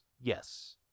Yes